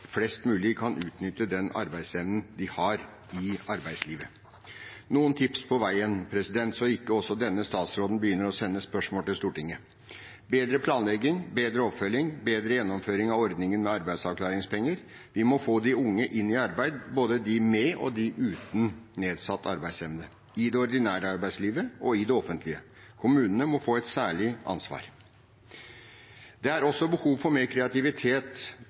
flest mulig kan utnytte den arbeidsevnen de har, i arbeidslivet. Noen tips på veien, så ikke også denne statsråden begynner å sende spørsmål til Stortinget: bedre planlegging, bedre oppfølging, bedre gjennomføring av ordningen med arbeidsavklaringspenger. Vi må få de unge, både de med og de uten nedsatt arbeidsevne, inn i arbeid – i det ordinære arbeidslivet og i det offentlige. Kommunene må få et særlig ansvar. Det er også behov for mer kreativitet